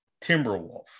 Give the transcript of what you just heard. Timberwolf